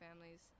families